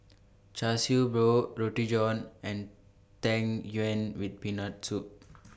Char Siew Bao Roti John and Tang Yuen with Peanut Soup